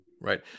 Right